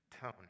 Tone